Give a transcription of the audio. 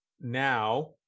now